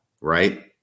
right